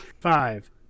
Five